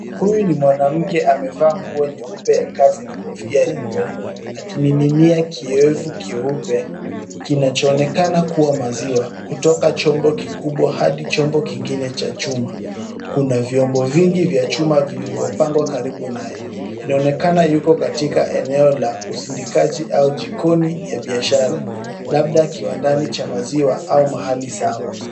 Huyu ni mwanamke amevaa nguo nyeupe ya kazi na kofia ya nywele akimiminia kiowevu cheupe kinachoonekana kuwa maziwa kutoka chombo kikubwa hadi chombo kingine cha chuma. Kuna vyombo vingi vya chuma vilivyopangwa karibu naye. Inaonekana yuko katika eneo la usindikaji au jikoni ya biashara labda kiwandani cha maziwa au mahali sawa.